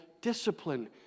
discipline